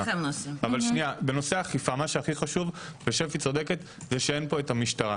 בנושא האכיפה, ושפי צודקת אין פה המשטרה.